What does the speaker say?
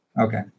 Okay